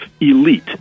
elite